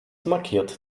markiert